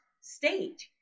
state